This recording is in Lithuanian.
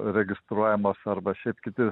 registruojamos arba šiaip kiti